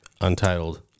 untitled